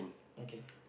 okay